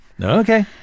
Okay